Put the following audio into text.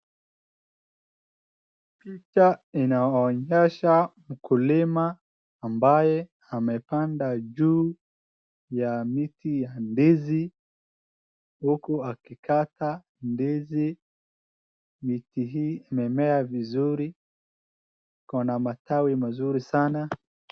Picha inaonyesha mkulima ambaye amepanda juu ya miti ya ndizi uku akikata ndizi. Ndizi hii imemea vizuri, ikona matawi mazuri sana.